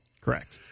Correct